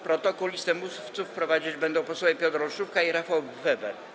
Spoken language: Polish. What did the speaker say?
Protokół i listę mówców prowadzić będą posłowie Piotr Olszówka i Rafał Weber.